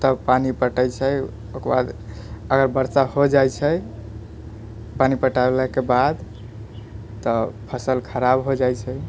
तब पानि पटै छै ओकरबाद अगर बरसा होइ जाइ छै पानि पटैलाके बाद तऽ फसल खराब हो जाइ छै